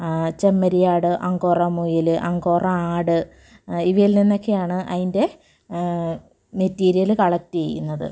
ചെമ്മരിയാട് angora മൊയിൽ angora ആട് ഇവയെല്ലാം എന്നൊക്കെയാണ് അയിന്റെ മെറ്റീരിയല് കളക്റ്റ ചെയ്യുന്നത്